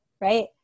right